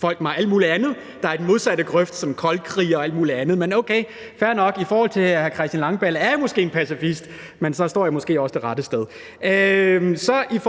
folk mig alt muligt andet, der er i den modsatte grøft, som f.eks. koldkriger, men okay, fair nok, i forhold til hr. Christian Langballe er jeg måske pacifist, men så står jeg måske også det rette sted.